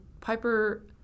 Piper